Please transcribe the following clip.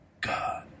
God